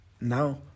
now